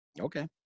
Okay